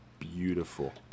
Beautiful